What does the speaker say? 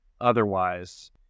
otherwise